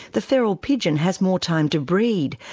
the feral pigeon has more time to breed,